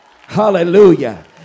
Hallelujah